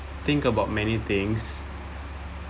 think about many things